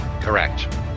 Correct